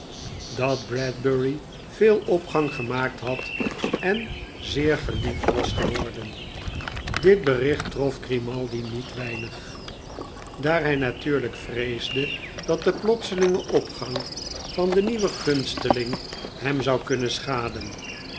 dat bradbury veel opgang gemaakt had en zeer geliefd was geworden dit bericht trof grimaldi niet weinig daar hii natuurlijk vreesde dat de plotselinge opgang van den nieuwen gunsteling hem zou kunnen schaden